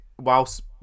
whilst